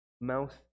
mouth